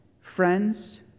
friends